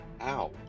Ow